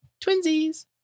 twinsies